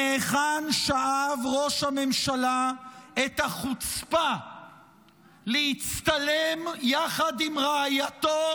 מהיכן שאב ראש הממשלה את החוצפה להצטלם יחד עם רעייתו